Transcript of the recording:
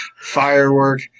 Firework